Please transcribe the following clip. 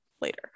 later